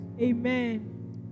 Amen